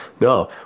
No